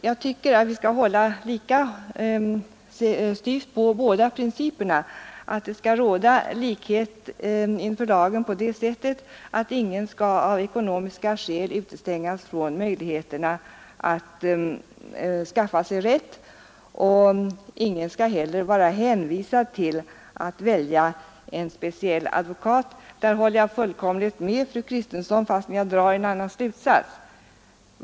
Jag tycker att vi skall hålla lika styvt på båda principerna och att det skall råda likhet inför lagen på det sättet att ingen skall av ekonomiska skäl utestängas från möjlighet att skaffa sig hjälp. Ingen skall heller vara hänvisad till att välja en speciell advokat. På den punkten håller jag fullkomligt med fru Kristensson, fastän jag drar en annan slutsats.